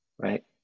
right